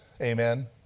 amen